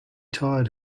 tied